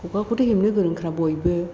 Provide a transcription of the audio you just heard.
खखाखौथ' हेबनो गोरोंखा बयबो